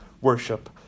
worship